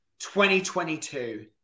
2022